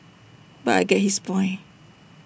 but I get his point